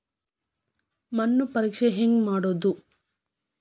ಮಣ್ಣು ಪರೇಕ್ಷೆ ಹೆಂಗ್ ಮಾಡೋದು?